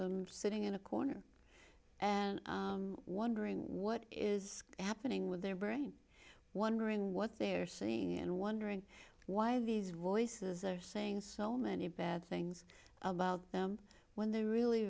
them sitting in a corner and wondering what is happening with their brain wondering what they're seeing and wondering why these voices are saying so many bad things about them when they really